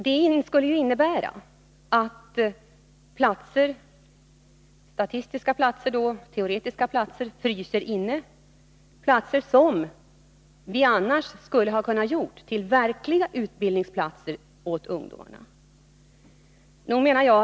Det innebär att statistiska platser fryser inne — platser som vi annars skulle ha kunnat gjort till verkliga utbildningsplatser åt ungdomarna.